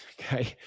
okay